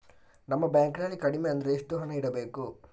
ನಮ್ಮ ಬ್ಯಾಂಕ್ ನಲ್ಲಿ ಕಡಿಮೆ ಅಂದ್ರೆ ಎಷ್ಟು ಹಣ ಇಡಬೇಕು?